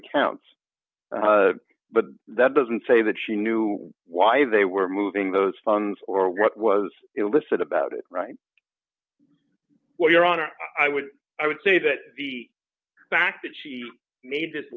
accounts but that doesn't say that she knew why they were moving those funds or what was it listed about it right well your honor i would i would say that the fact that she needed